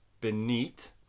beneath